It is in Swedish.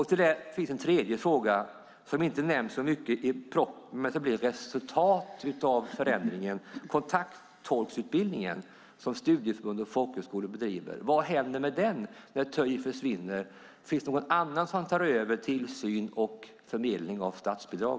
Till slut har jag en tredje fråga om något som inte nämns så mycket men som blir ett resultat av förändringen: Vad händer med kontakttolkutbildningen som studieförbund och folkhögskolor bedriver när TÖI försvinner? Finns det någon annan som tar över tillsyn och fördelning av statsbidrag?